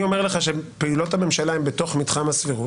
אני אומר לך שפעולות הממשלה הן בתוך מתחם הסבירות